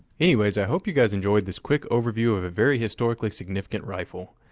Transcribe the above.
anyways, i hope you guys enjoyed this quick overview of a very historically significant rifle.